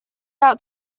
out